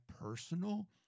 personal